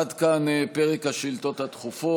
עד כאן פרק השאילתות הדחופות.